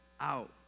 out